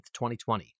2020